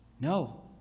No